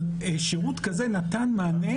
אבל שרות כזה נתן מענה.